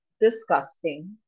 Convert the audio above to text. disgusting